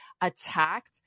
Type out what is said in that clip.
attacked